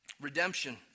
Redemption